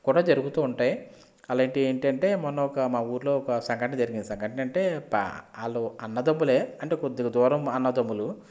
కూడా జరుగుతూ ఉంటాయి అలాంటివి ఏంటంటే మొన్న ఒక్క మా ఊర్లో ఒక సంఘటన జరిగింది సంఘటన అంటే పా వాళ్ళు అన్నదమ్ములే అంటే కొద్దిగా దూరం అన్నదమ్ములు